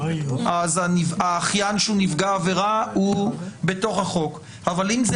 אז האחיין שהוא נפגע העבירה הוא בתוך החוק אבל אם זה